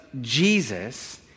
Jesus